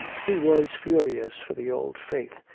he was furious for the old faith,